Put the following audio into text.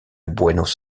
buenos